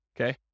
okay